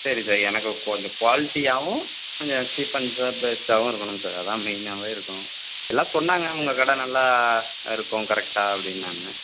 சரி சார் எனக்கு கொஞ்சம் குவாலிட்டியாகவும் கொஞ்சம் சீப்பன்ஸாக பெஸ்ட்டாகவும் இருக்கணுங்க சார் அதுதான் மெயினாகவே இருக்கணும் எல்லாேரும் சொன்னாங்க உங்கள் கடை நல்லா இருக்கும் கரெக்டாக அப்படின்னாங்க